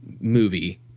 movie